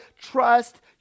trust